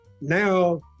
now